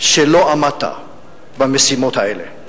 שלא עמדת במשימות האלה,